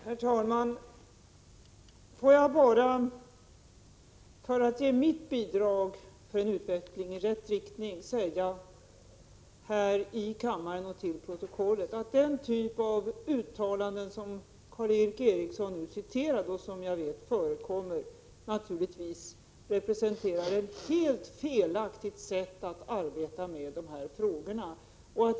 Herr talman! Får jag bara, för att ge mitt bidrag till en utveckling i rätt riktning, säga här i kammaren så att det kommer in i protokollet att den typ av utttalanden som Karl Erik Eriksson läste upp och som jag vet förekommer naturligtvis representerar ett helt felaktigt sätt att arbeta med dessa frågor.